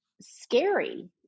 scary